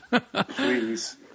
Please